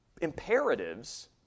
imperatives